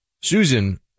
Susan